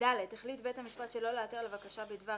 (ד)החליט בית המשפט שלא להיעתר לבקשה בדבר